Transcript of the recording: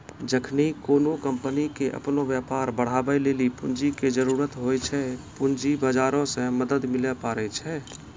जखनि कोनो कंपनी के अपनो व्यापार बढ़ाबै लेली पूंजी के जरुरत होय छै, पूंजी बजारो से मदत लिये पाड़ै छै